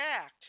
act